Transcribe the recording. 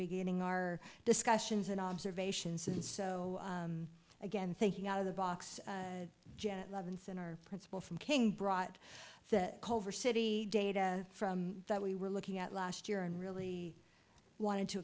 beginning our discussions and observations and so again thinking out of the box janet levinson our principal from king brought that culver city data from that we were looking at last year and really wanted to